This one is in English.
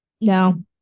No